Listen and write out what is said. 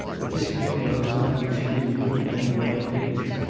if this war goes on, we shall need a good many boy babies.